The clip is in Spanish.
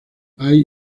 hay